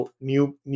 new